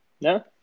No